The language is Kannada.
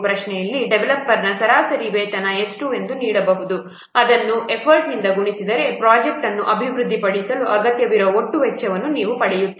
ಪ್ರಶ್ನೆಯಲ್ಲಿ ಡೆವಲಪರ್ನ ಸರಾಸರಿ ವೇತನ ಎಷ್ಟು ಎಂದು ನೀಡಬಹುದು ಅದನ್ನು ಎಫರ್ಟ್ನಿಂದ ಗುಣಿಸಿದರೆ ಪ್ರೊಜೆಕ್ಟ್ನನ್ನು ಅಭಿವೃದ್ಧಿಪಡಿಸಲು ಅಗತ್ಯವಿರುವ ಒಟ್ಟು ವೆಚ್ಚವನ್ನು ನೀವು ಪಡೆಯುತ್ತೀರಿ